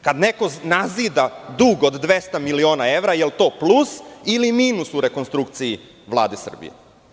Kada neko nazida dug od 200 miliona evra, da li je to plus ili minus u rekonstrukciji Vlade Srbije?